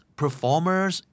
performers